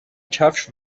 کفش